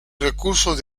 recursos